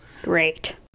Great